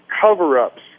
cover-ups